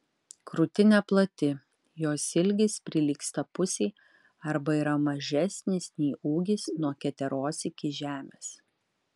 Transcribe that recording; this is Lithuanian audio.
krūtinė plati jos ilgis prilygsta pusei arba yra mažesnis nei ūgis nuo keteros iki žemės